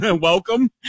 Welcome